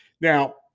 now